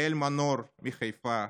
יהל מנור מחיפה,